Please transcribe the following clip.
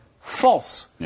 false